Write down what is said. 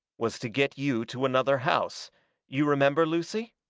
was to get you to another house you remember, lucy?